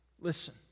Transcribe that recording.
Listen